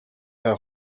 her